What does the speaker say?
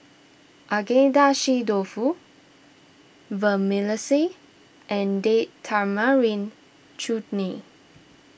Agedashi Dofu Vermicelli and Date Tamarind Chutney